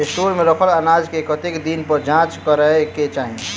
Store मे रखल अनाज केँ कतेक दिन पर जाँच करै केँ चाहि?